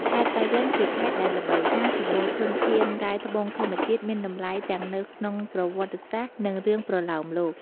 ខេត្តប៉ៃលិនជាខេត្តដែលល្បីថា សម្បូរធនធានរ៉ែត្បូងធម្មជាតិមានតម្លៃទាំងនៅក្នុងប្រវត្តិសាស្ត្រ និងរឿងប្រលោមលោក។